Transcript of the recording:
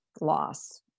loss